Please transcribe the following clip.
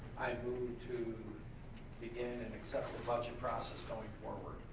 i move to begin and accept the budget process going forward.